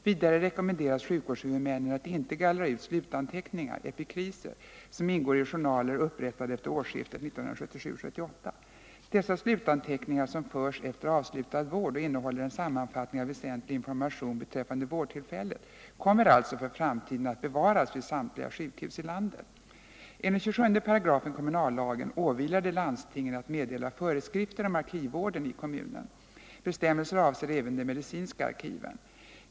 Vidare rekommenderas sjukvårdshuvudmännen att inte gallra ut slutanteckningar som ingår i journaler upprättade under årsskiftet 1977-1978. Dessa slutanteckningar, som förs efter avslutad vård och innehåller en sammanfattning av väsentlig information beträffande vårdtillfället, kommer alltså för framtiden att bevaras vid samtliga sjukhus i landet. Enligt 27 § kommunallagen åvilar det landstingen att meddela föreskrifter om arkivvården i kommunen. Bestämmelsen avser även de medicinska arkiven.